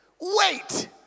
Wait